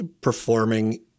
performing